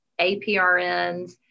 APRNs